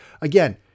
Again